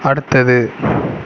அடுத்தது